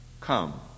come